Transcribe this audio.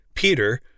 Peter